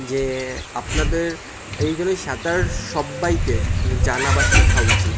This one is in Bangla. যে আপনাদের এই জন্য সাঁতার সব্বাইকে মানে জানা বা শেখা উচিত